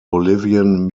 bolivian